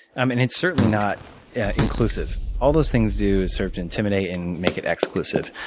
um and it's certainly not inclusive. all those things do is serve to intimidate and make it exclusive.